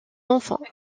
enfants